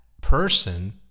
person